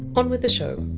on with the show!